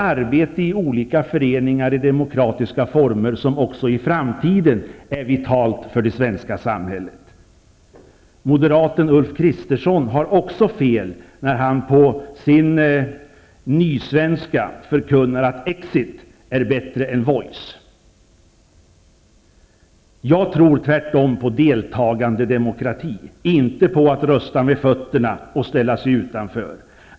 Arbete i olika föreningar i demokratiska former är också i framtiden vitalt för det svenska samhället. Moderaten Ulf Kristersson har också fel, när han på sin ''nysvenska'' förkunnar att ''exit är bättre än voice''. Jag tror tvärtom på deltagandedemokrati, inte på att rösta med fötterna och ställa sig utanför.